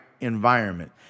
environment